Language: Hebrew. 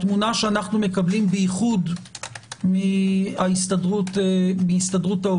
התמונה שאנחנו מקבלים בייחוד מהסתדרות העובדים,